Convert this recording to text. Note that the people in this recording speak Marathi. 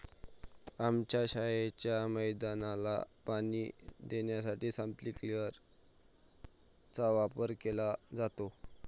आमच्या शाळेच्या मैदानाला पाणी देण्यासाठी स्प्रिंकलर चा वापर केला जातो